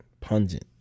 Pungent